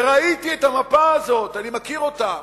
ראיתי את המפה הזאת, אני מכיר אותה,